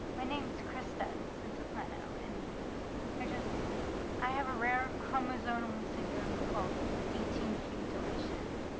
my name is christa censoplano and i just i have a rare chromosome syndrome called eighteen q deletion,